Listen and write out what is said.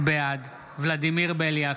בעד ולדימיר בליאק,